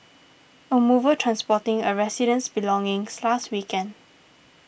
a mover transporting a resident's belongings last weekend